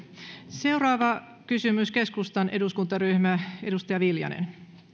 seuraava kysymys keskustan eduskuntaryhmä edustaja viljanen